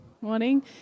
Morning